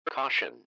Caution